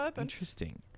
interesting